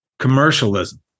commercialism